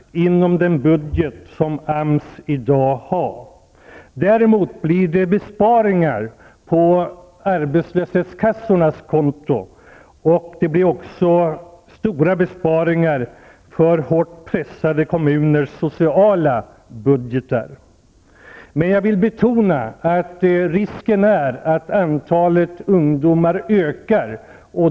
Däremot blir det besparingar på arbetslöshetskassornas konton, och det blir också stora besparingar för hårt pressade kommuners sociala budgetar. Jag vill dock betona att risken är stor att antalet ungdomar ökar.